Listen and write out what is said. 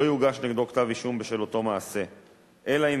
לא יוגש נגדו כתב-אישום בשל אותו מעשה אלא אם